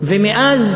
ומאז